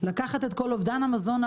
לקחת את אובדן המזון,